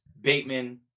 Bateman